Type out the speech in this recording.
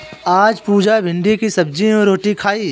आज पुजा भिंडी की सब्जी एवं रोटी खाई